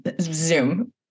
Zoom